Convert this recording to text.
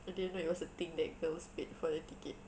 I didn't know it was a thing that girls paid for the ticket